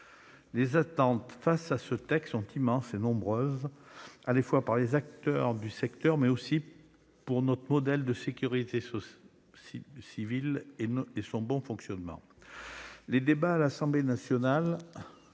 les attentes face à ce texte sont immenses et nombreuses, non seulement pour les acteurs du secteur, mais aussi pour notre modèle de sécurité civile et son bon fonctionnement. Les débats à l'Assemblée nationale